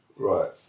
Right